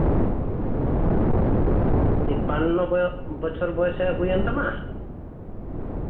ᱛᱮᱯᱟᱱᱱᱚ ᱵᱚᱪᱷᱚᱨ ᱵᱚᱭᱮᱥ ᱦᱩᱭᱮᱱ ᱛᱟᱢᱟ